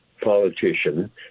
politician